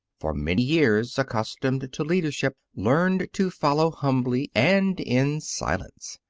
for many years accustomed to leadership, learned to follow humbly and in silence.